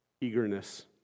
eagerness